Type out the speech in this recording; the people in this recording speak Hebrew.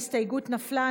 ההסתייגות נפלה.